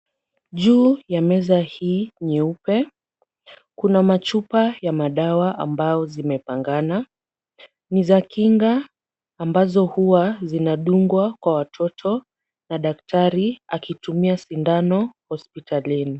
Juu ya meza hii nyeupe kuna machupa ya madawa ambao zimepangana. Ni za kinga ambazo huwa zinadungwa kwa watoto na daktari akitumia sindano hospitalini.